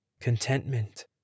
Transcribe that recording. contentment